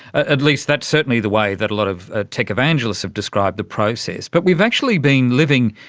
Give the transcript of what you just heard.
at least that's certainly the way that a lot of tech evangelist have described the process. but we've actually been living,